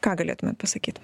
ką galėtumėt pasakyt